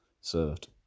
served